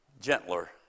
gentler